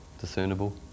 discernible